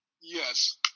Yes